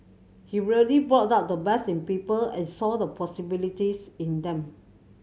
he really brought out the best in people and saw the possibilities in them